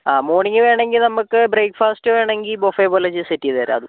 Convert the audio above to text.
ആ മോർണിംഗ് വേണമെങ്കിൽ നമുക്ക് ബ്രേക്ഫാസ്റ്റ് വേണമെങ്കിൽ ബുഫേ പോലെ ജസ്റ്റ് സെറ്റ് ചെയ്തുതരാം അതും